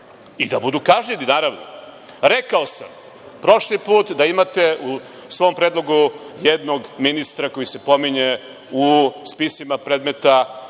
i da budu kažnjeni, naravno. Rekao sam prošli put da imate u svom predlogu jednog ministra koji se pominje u spisima predmeta